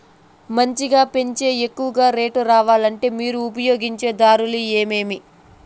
మంచిగా పెంచే ఎక్కువగా రేటు రావాలంటే మీరు ఉపయోగించే దారులు ఎమిమీ?